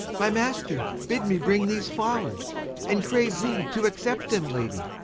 my master bid me bring these flowers and crave thee to accept them lady.